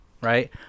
right